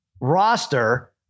roster